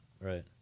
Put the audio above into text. Right